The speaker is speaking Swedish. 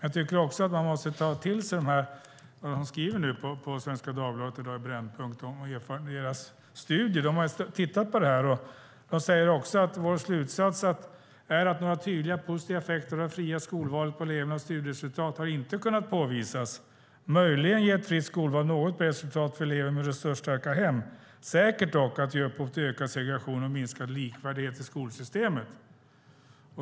Jag tycker också att man måste ta till sig det som skrivs på Brännpunkt i Svenska Dagbladet i dag och de studier som gjorts. Man skriver: "Vår slutsats är att några tydliga positiva effekter av det fria skolvalet på elevernas studieresultat inte har kunnat påvisas; möjligen ger ett fritt skolval något bättre resultat för elever från resursstarka hem. Säkert är dock att det ger upphov till ökad segregation och minskad likvärdighet i skolsystemet."